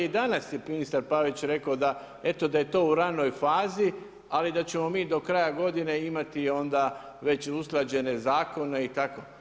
I danas je ministar Pavić rekao da eto, da je to u ranoj fazi, ali da ćemo mi do kraja godine imati onda već usklađene zakone i tako.